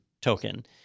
token